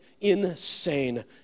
insane